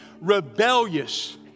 rebellious